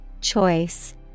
Choice